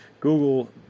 Google